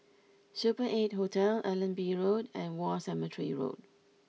Super Eight Hotel Allenby Road and War Cemetery Road